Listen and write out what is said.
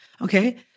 Okay